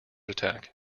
attack